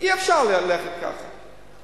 אי-אפשר ללכת כך.